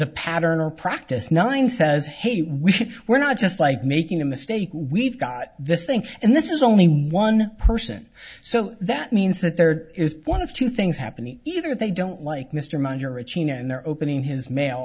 a pattern or practice nine says hey we were not just like making a mistake we've got this thing and this is only one person so that means that there is one of two things happening either they don't like mr manager a cina and they're opening his mail